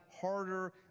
harder